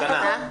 בשנה.